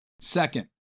Second